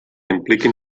impliquin